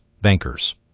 bankers